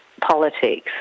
politics